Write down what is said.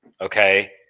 okay